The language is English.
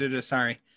Sorry